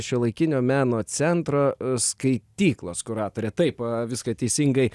šiuolaikinio meno centro skaityklos kuratorė taip viską teisingai